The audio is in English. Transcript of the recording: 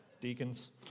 deacons